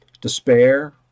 despair